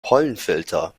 pollenfilter